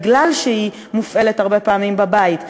משום שהיא מופעלת הרבה פעמים בבית,